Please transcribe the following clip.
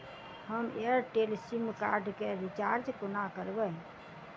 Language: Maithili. हम एयरटेल सिम कार्ड केँ रिचार्ज कोना करबै?